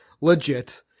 legit